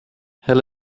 hell